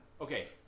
okay